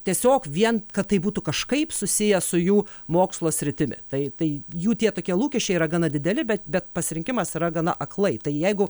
tiesiog vien kad tai būtų kažkaip susiję su jų mokslo sritimi tai tai jų tie tokie lūkesčiai yra gana dideli bet bet pasirinkimas yra gana aklai tai jeigu